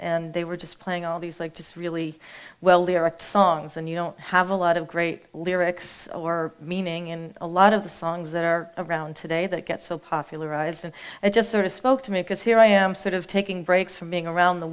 and they were just playing all these like just really well there are songs and you don't have a lot of great lyrics or meaning in a lot of the songs that are around today that get so popularized and it just sort of spoke to me because here i am sort of taking breaks from being around the